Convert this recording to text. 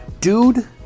dude